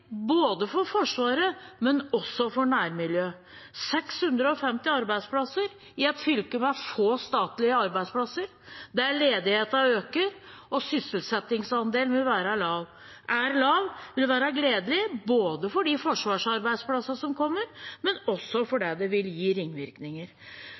for Forsvaret, men også for nærmiljøet. 650 arbeidsplasser i et fylke med få statlige arbeidsplasser, der ledigheten øker og sysselsettingsandelen er lav, vil det være gledelig både at disse forsvarsarbeidsplassene kommer,